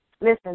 Listen